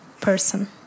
person